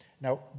Now